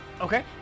okay